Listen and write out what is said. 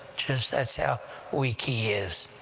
just that's how weak he is.